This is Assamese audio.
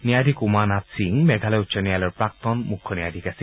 ন্যায়াধীশ উমা নাথ সিং মেঘালয় উচ্চ ন্যায়ালয়ৰ প্ৰাক্তন মুখ্য ন্যায়াধীশ আছিল